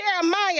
Jeremiah